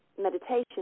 meditation